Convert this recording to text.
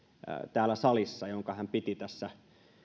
täällä salissa jonka hän piti tässä